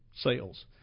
Sales